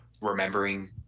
remembering